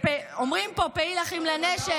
אומרים פה: פעיל אחים לנשק.